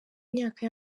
myaka